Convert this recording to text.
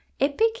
EPIC